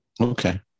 okay